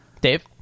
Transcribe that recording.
Dave